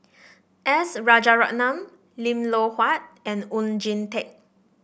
S Rajaratnam Lim Loh Huat and Oon Jin Teik